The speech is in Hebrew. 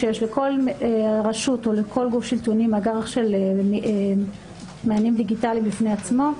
שלכל רשות או גוף שלטוני יש מענה דיגיטלי בפני עצמו.